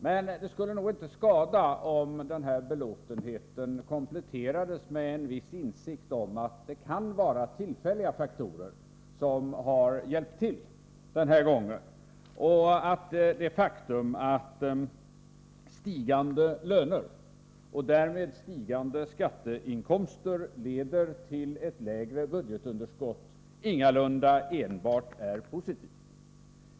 Men det skulle nog inte skada om den belåtenheten kompletterades med en viss insikt om att tillfälliga faktorer kan ha hjälpt till den här gången och om det faktum att stigande löner och därmed stigande skatteinkomster leder till ett lägre budgetunderskott ingalunda är enbart positivt.